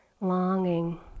longing